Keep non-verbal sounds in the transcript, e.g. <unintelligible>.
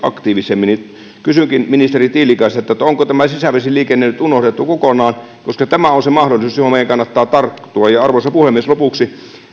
<unintelligible> aktiivisemmin kysynkin ministeri tiilikaiselta onko sisävesiliikenne nyt unohdettu kokonaan tämä on se mahdollisuus johon meidän kannattaa tarttua arvoisa puhemies lopuksi